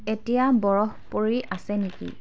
এতিয়া বৰফ পৰি আছে নেকি